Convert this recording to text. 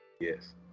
Yes